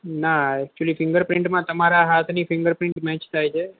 ના actually finger પ્રિન્ટમાં તમારા હાથની ફિંગર પ્રિન્ટ મેચ થાય છે